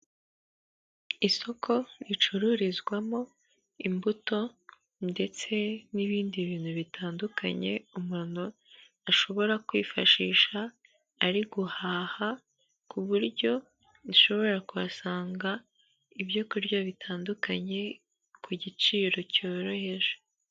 Isoko ricururizwamo imbuto ndetse n'ibindi bintu bitandukanye, umuntu ashobora kwifashisha ari guhaha ku buryo ushobora kuhasanga ibyokurya bitandukanye ku giciro cyoroheje.